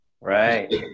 Right